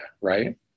right